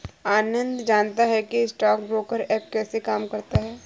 आनंद जानता है कि स्टॉक ब्रोकर ऐप कैसे काम करता है?